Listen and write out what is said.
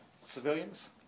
civilians